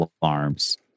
farms